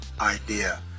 idea